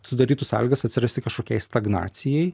sudarytų sąlygas atsirasti kažkokiai stagnacijai